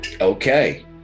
okay